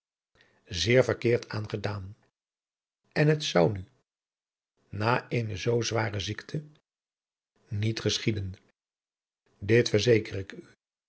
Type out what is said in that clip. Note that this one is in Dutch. zeer verkeerd aan gedaan en het adriaan loosjes pzn het leven van hillegonda buisman zou nu na eene zoo zware ziekte niet geschieden dit verzeker ik u